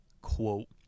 Quote